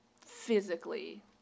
physically